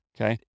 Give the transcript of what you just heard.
okay